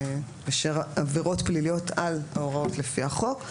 בשל עבירות פליליות על ההוראות לפי החוק,